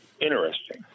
interesting